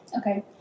Okay